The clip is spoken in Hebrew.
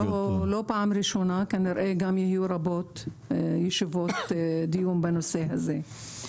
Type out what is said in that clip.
זאת לא ישיבה ראשונה וכנראה יהיו עוד ישיבות רבות בנושא הזה.